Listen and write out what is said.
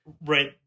Right